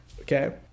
Okay